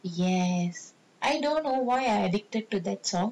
yes I don't know why I addicted to that song